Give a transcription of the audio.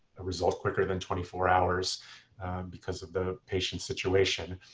a result quicker than twenty four hours because of the patient's situation.